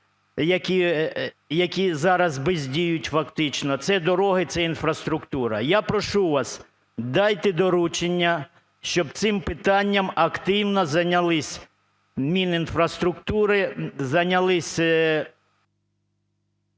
які заразбездіють фактично, це дороги, це інфраструктура. Я прошу вас, дайте доручення, щоб цим питанням активно зайнялисьМінінфраструктури, зайнялись…